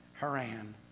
Haran